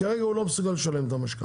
כרגע הוא לא מסוגל לשלם את המשכנתה.